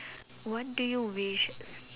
what do you wish